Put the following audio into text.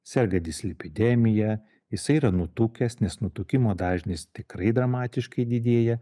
serga dislipidemija jisai yra nutukęs nes nutukimo dažnis tikrai dramatiškai didėja